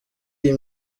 iyi